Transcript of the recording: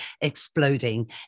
exploding